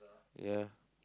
ya